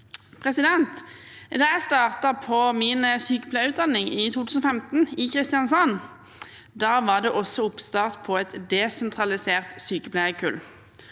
igjen. Da jeg startet på min sykepleierutdanning i 2015 i Kristiansand, var det også oppstart på et desentralisert sykepleierkull.